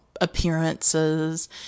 appearances